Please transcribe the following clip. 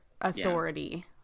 authority